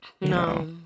no